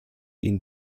ihnen